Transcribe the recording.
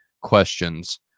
questions